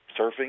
surfing